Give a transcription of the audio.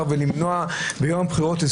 למנוע ביום הבחירות.